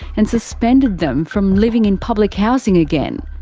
and suspended them from living in public housing again.